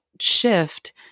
shift